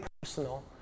personal